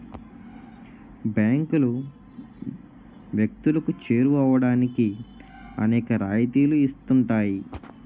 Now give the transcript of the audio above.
బ్యాంకులు వ్యక్తులకు చేరువవడానికి అనేక రాయితీలు ఇస్తుంటాయి